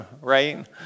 right